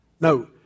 No